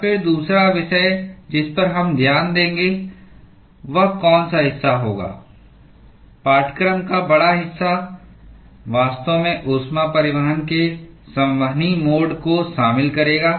और फिर दूसरा विषय जिस पर हम ध्यान देंगे वह कौन सा हिस्सा होगा पाठ्यक्रम का बड़ा हिस्सा वास्तव में ऊष्मा परिवहन के संवहनी मोड को शामिल करेगा